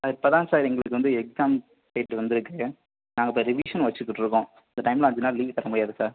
இப்போ தான் சார் எங்களுக்கு வந்து எக்ஸாம் டேட் வந்துருக்கு நாங்கள் இப்போ ரிவிஸன் வச்சுக்கிட்டு இருக்கோம் இந்த டைமில் அஞ்சு நாள் லீவு தர முடியாது சார்